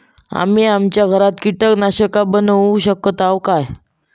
आम्ही आमच्या घरात कीटकनाशका बनवू शकताव काय?